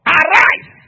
arise